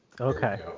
Okay